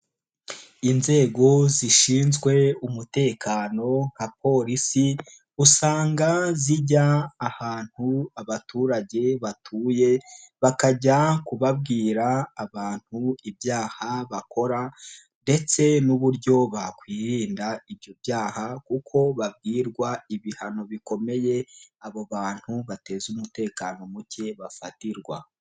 Inzego zishinzwe umutekano nka polisi, usanga zijya ahantu abaturage batuye bakajya kubabwira abantu ibyaha bakora ndetse n'uburyo bakwirinda ibyo byaha, kuko babwirwa ibihano bikomeye abo bantu bateza umutekano mukeye bafatirwa.